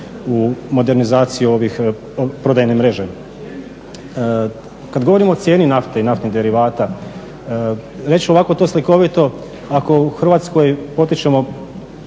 u modernizaciji prodajne mreže. Kad govorimo o cijeni nafte i naftnih derivata reći ću ovako to slikovito ako u Hrvatskoj potičemo